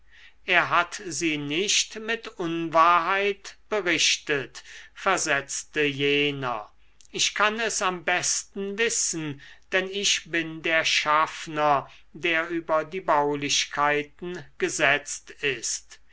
er hat sie nicht mit unwahrheit berichtet versetzte jener ich kann es am besten wissen denn ich bin der schaffner der über die baulichkeiten gesetzt ist